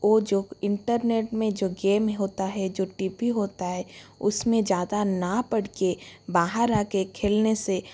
और जो इंटरनेट में जो गेम होता है जो टी बी होता है उसमें ज़्यादा ना पढ़ के बाहर आके खेलने से